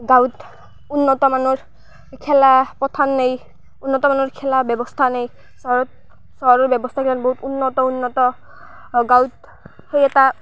গাঁৱত উন্নত মানৰ খেলা পথাৰ নেই উন্নত মানৰ খেলা ব্যৱস্থা নেই চহৰত চহৰৰ ব্যৱস্থাগিলা বহুত উন্নত উন্নত আৰু গাঁৱত সেই এটা